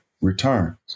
returns